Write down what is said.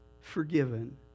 Forgiven